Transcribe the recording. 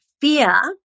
fear